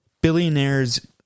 billionaires